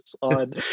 on